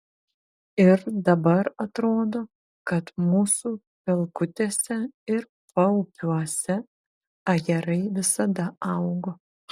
ir dabar atrodo kad mūsų pelkutėse ir paupiuose ajerai visada augo